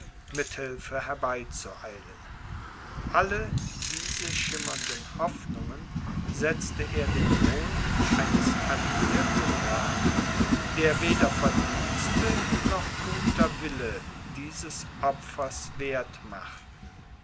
mit hilfe herbeizueilen alle diese schimmernden hoffnungen setzte er dem wohl eines alliierten nach den weder verdienste noch guter wille dieses opfers werth machten